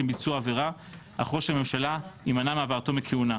ביצוע עבירה אך ראש הממשלה יימנע מהעברתו מכהונה.